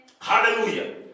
Hallelujah